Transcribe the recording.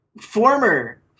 former